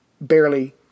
barely